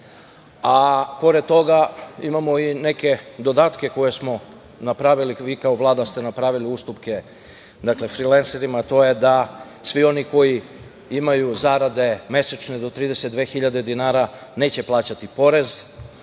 a pored toga imamo i neke dodatke koje smo napravili. Vi kao Vlada ste napravili ustupke frilenserima, a to je da svi oni koji imaju mesečne zarade do 32.000 dinara neće plaćati porez